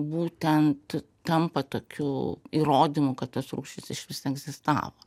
būtent tampa tokiu įrodymu kad tos rūšys išvis egzistavo